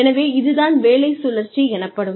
எனவே இது தான் வேலை சுழற்சி எனப்படும்